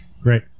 Great